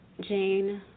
Jane